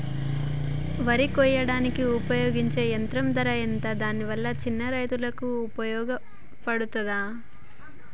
వరి కొయ్యడానికి ఉపయోగించే యంత్రం ధర ఎంత దాని వల్ల చిన్న రైతులకు ఉపయోగపడుతదా?